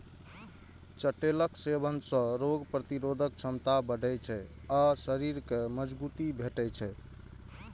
चठैलक सेवन सं रोग प्रतिरोधक क्षमता बढ़ै छै आ शरीर कें मजगूती भेटै छै